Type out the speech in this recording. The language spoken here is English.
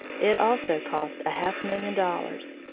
it also cost a half million dollars.